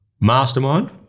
mastermind